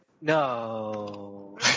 No